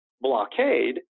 blockade